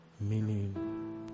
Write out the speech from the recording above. meaning